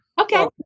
Okay